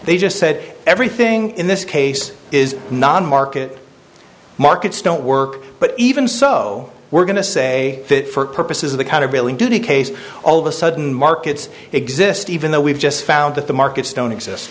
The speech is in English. they just said everything in this case is non market markets don't work but even so we're going to say that for purposes of the kind of daily duty case all of a sudden markets exist even though we've just found that the markets don't exist